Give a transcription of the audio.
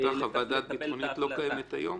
ואותה חוות דעת ביטחונית לא קיימת היום?